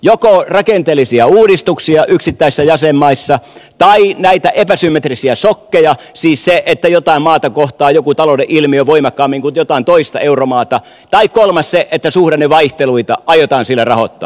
joko rakenteellisia uudistuksia yksittäisissä jäsenmaissa tai näitä epäsymmetrisiä sokkeja siis että jotain maata kohtaa joku talouden ilmiö voimakkaammin kuin jotain toista euromaata tai kolmantena suhdannevaihteluita aiotaan sillä rahoittaa